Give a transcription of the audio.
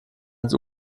ans